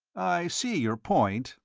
i see your point,